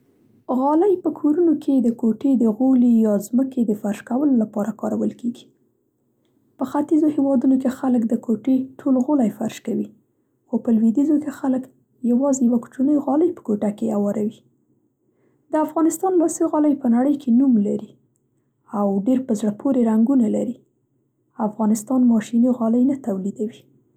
غالۍ په کورونو کې د کوټې د غولي یا ځمکې د فرش کولو لپاره کارول کېږي. په ختیځو هېوادونو کې خلک د کوټې ټول غولی فرش کوي خو په لوېدیځو کې خلک یوازې یوه کوچنۍ غالۍ په کوټه کې هواروي. د افغانستان لاسي غالۍ په نړۍ کې نوم لري او ډېر په زړه پورې رنګونه لري. افغانستان ماشیني غالۍ نه تولیدوي.